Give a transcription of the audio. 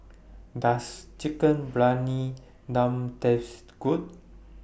Does Chicken Briyani Dum Taste Good